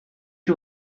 you